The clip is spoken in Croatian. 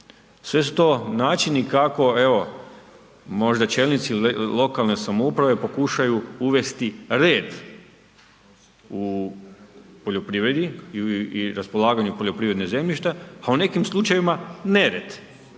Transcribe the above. Sve su to načini kako evo možda čelnici lokalne samouprave pokušaju uvesti red u poljoprivredi i raspolaganju poljoprivrednog zemljišta, a o nekim slučajevima nered.